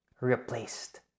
replaced